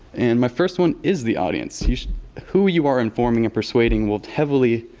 and my first one is the audience, who you are informing and persuading will heavily